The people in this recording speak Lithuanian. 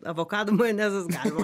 avokadų majonezas galima